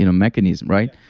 you know mechanism, right?